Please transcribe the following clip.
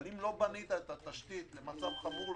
אך אם לא בנית את התשתית למצב חמור,